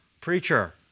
preacher